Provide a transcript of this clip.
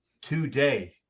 today